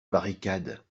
barricade